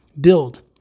build